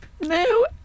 No